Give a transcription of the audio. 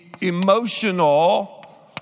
emotional